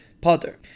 Potter